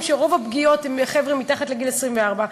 שרוב הפגיעות הן עם חבר'ה מתחת לגיל 24,